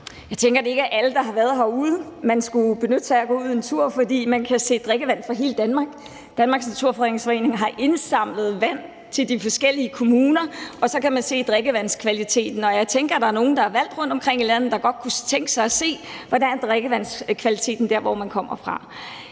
Jeg tænker, at det ikke er alle, der har været derude, og at man skulle benytte sig af lejligheden til at gå en tur derud. For man kan se drikkevand fra hele Danmark. Danmarks Naturfredningsforening har indsamlet vand fra de forskellige kommuner, og så kan man se drikkevandskvaliteten, og jeg tænker, at der er nogle, der er valgt rundtomkring i landet, og som godt kunne tænke sig at se, hvordan drikkevandskvaliteten er der, hvor de kommer fra.